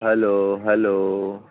hello hello